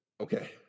Okay